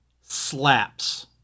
slaps